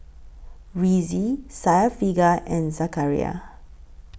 Rizqi Syafiqah and Zakaria